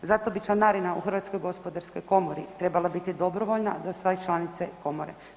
Zato bi članarina u Hrvatskoj gospodarskoj komori trebala biti dobrovoljna za sve članice komore.